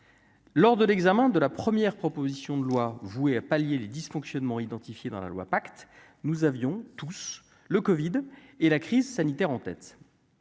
lors de l'examen de la première proposition de loi vouée à pallier les dysfonctionnements identifiés dans la loi, pacte nous avions tous le Covid et la crise sanitaire en tête.